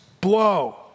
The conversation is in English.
blow